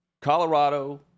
Colorado